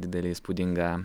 didelė įspūdinga